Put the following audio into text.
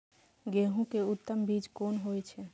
गेंहू के उत्तम बीज कोन होय छे?